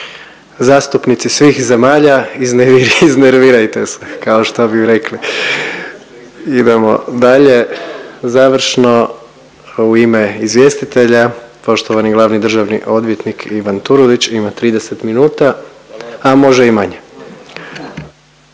Zastupnici svih zemalja iznervirajte se kao što bi rekli. Idemo dalje, završno u ime izvjestitelja poštovani glavni državni odvjetnik Ivan Turudić. Ima 30 minuta, a može i manje.